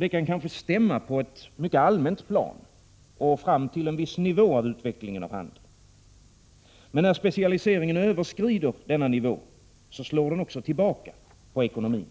Det kan kanske stämma på ett mycket allmänt plan och fram till en viss nivå av handelns utveckling, men när specialiseringen överskrider denna nivå slår den också tillbaka på ekonomin.